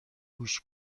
گوش